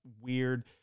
weird